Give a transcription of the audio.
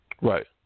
right